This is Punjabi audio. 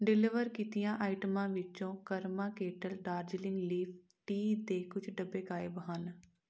ਡਿਲੀਵਰ ਕੀਤੀਆਂ ਆਈਟਮਾਂ ਵਿੱਚੋਂ Karma Kettle Darjeeling leaf tea ਦੇ ਕੁਝ ਡੱਬੇ ਗਾਇਬ ਹਨ